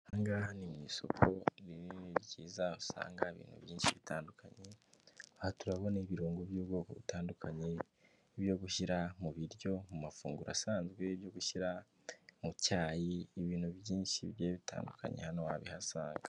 Ahangaha ni mu isoku niini ryiza usanga ibintu byinshi bitandukanye turabona ibirungo by'ubwoko butandukanye byo gushyiramu biryo, mu mafunguro asanzwe, ibyo gushyira mu cyayi, ibintu byinshi bigiye bitandukanye hano wabihasaga.